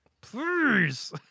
Please